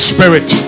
Spirit